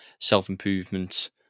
self-improvement